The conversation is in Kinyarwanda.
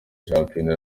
shampiyona